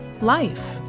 life